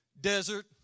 desert